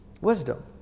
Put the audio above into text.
wisdom